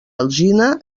alzina